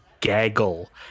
gaggle